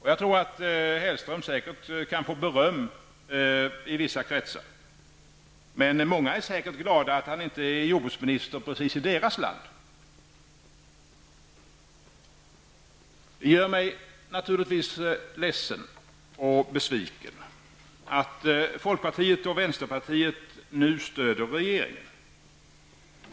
Hellström kommer säkert att få beröm i vissa kretsar, medan många säkert är glada att han inte är jordbruksminister i deras eget land. Det gör mig naturligtvis ledsen och besviken att folkpartiet och vänsterpartiet nu stöder regeringen.